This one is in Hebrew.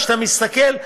כשאתה מסתכל,